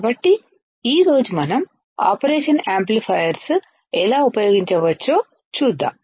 కాబట్టి ఈ రోజు మనం ఆపరేషన్ యాంప్లిఫైయర్ను ఎలా ఉపయోగించవచ్చో చూద్దాం